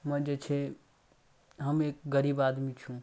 मे जे छै हम एक गरीब आदमी छी